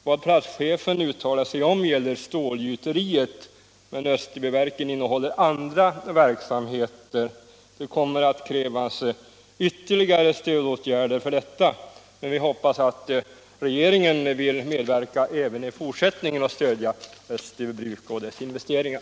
Vad platschefen uttalat sig om gäller stålgjuteriet, men Österbyverken har även andra verksamheter. Det kommer att krävas ytterligare stödåtgärder för dem. Men vi hoppas att regeringen vill medverka även i fortsättningen och stödja Österbybruk och dess investeringar.